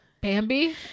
Bambi